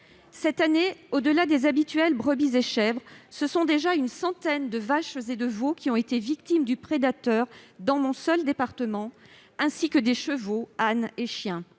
Cette année, au-delà des habituelles brebis et chèvres, ce sont déjà une centaine de vaches et de veaux qui ont été victimes du prédateur dans mon seul département, ainsi que des chevaux, ânes et chiens.